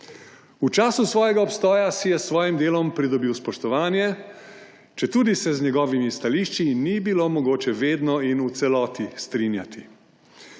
V času svojega obstoja si je s svojim delom pridobil spoštovanje, četudi se z njegovimi stališči ni bilo mogoče vedno in v celoti strinjati.